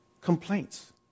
Complaints